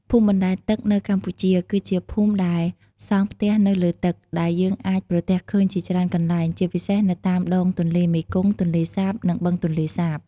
ភូមិបណ្ដែតទឹកនៅកម្ពុជា គឺជាភូមិដែលសង់ផ្ទះនៅលើទឹក ដែលយើងអាចប្រទះឃើញជាច្រើនកន្លែង ជាពិសេសនៅតាមដងទន្លេមេគង្គ ទន្លេសាប និងបឹងទន្លេសាប។